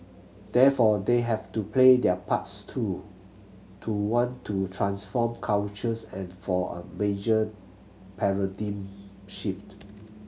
therefore they have to play their parts too to want to transform cultures and for a major paradigm shift